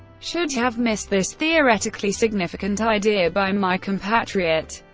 should have missed this theoretically significant idea by my compatriot,